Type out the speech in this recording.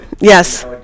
Yes